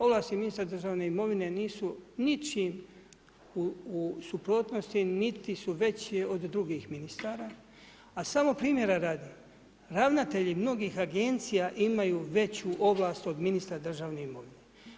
Ovlasti ministra državne imovine, nisu ničiji u suprotnosti, niti su veći od drugih ministara, a samo primjeri radi, ravnatelji mnogih agencija imaju veću ovlast od ministra državne imovine.